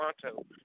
Toronto